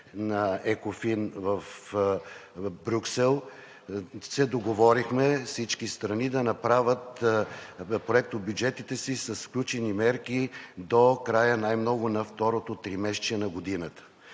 на ЕКОФИН в Брюксел, се договорихме всички страни да направят проектобюджетите си с включени мерки до края най-много на второто тримесечие на годината.